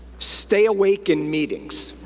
stay awake in meetings.